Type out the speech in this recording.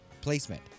placement